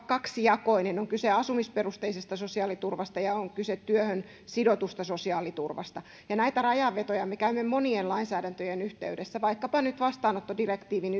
kaksijakoinen on kyse asumisperusteisesta sosiaaliturvasta ja on kyse työhön sidotusta sosiaaliturvasta ja näitä rajanvetoja me käymme monien lainsäädäntöjen yhteydessä vaikkapa nyt vastaanottodirektiivin